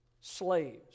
slaves